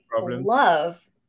love